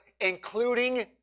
including